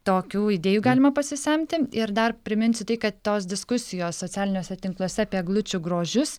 tokių idėjų galima pasisemti ir dar priminsiu tai kad tos diskusijos socialiniuose tinkluose apie eglučių grožius